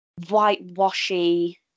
whitewashy